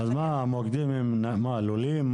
המוקדים הם לולים?